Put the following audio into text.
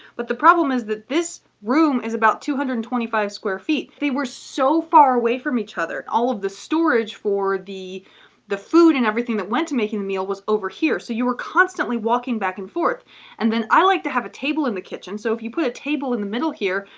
but the problem is that this room is about two hundred and twenty five square feet. they were so far away from each other. all of the storage for the the food and everything that went to making the meal was over here. so, you were constantly walking back and forth and then i like to have a table in the kitchen, so if you put a table in the middle here,